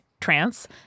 trance